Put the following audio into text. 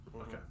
okay